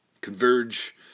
Converge